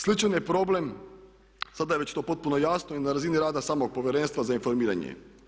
Sličan je problem, sada je već to potpuno jasno i na razini rada samog Povjerenstva za informiranje.